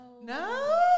No